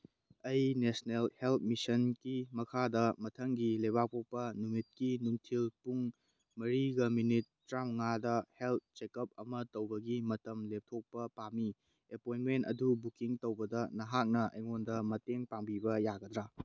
ꯑꯩ national health ꯃꯤꯁꯟꯒꯤ ꯃꯈꯥꯗ ꯃꯊꯪꯒꯤ ꯂꯩꯕꯥꯛꯄꯣꯛꯄ ꯅꯨꯃꯤꯠꯀꯤ ꯅꯨꯡꯊꯤꯜ ꯄꯨꯡ ꯃꯔꯤꯒ ꯃꯤꯅꯤꯠ ꯇ꯭ꯔꯥꯉꯥꯗ ꯍꯦꯜꯠ ꯆꯦꯀꯞ ꯑꯃ ꯇꯧꯕꯒꯤ ꯃꯇꯝ ꯂꯦꯞꯊꯣꯛꯄ ꯄꯥꯝꯃꯤ ꯑꯦꯄꯣꯏꯟꯃꯦꯟ ꯑꯗꯨ ꯕꯨꯀꯤꯡ ꯇꯧꯕꯗ ꯅꯍꯥꯛꯅ ꯑꯩꯉꯣꯟꯗ ꯃꯇꯦꯡ ꯄꯥꯡꯕꯤꯕ ꯌꯥꯒꯗ꯭ꯔꯥ